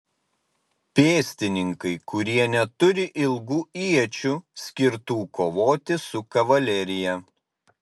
pėstininkai kurie neturi ilgų iečių skirtų kovoti su kavalerija